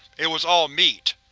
it was all meat!